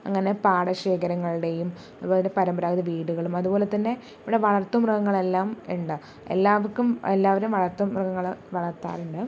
അങ്ങനെ പാടശേഖരങ്ങളുടെയും അത്പോലെ പരമ്പരാഗത വീട്കളും അത്പോലെത്തന്നെ ഇവടെ വളർത്തു മൃഗങ്ങളെല്ലാം ഇണ്ട് എല്ലാവർക്കും എല്ലാവരും വളർത്തുമൃഗങ്ങളെ വളർത്താറുണ്ട്